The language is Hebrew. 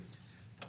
קודם.